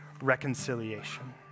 reconciliation